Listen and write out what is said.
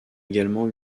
également